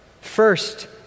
first